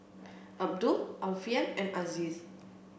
Abdul Alfian and Aziz